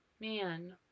Man